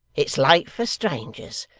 it's late for strangers.